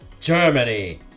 Germany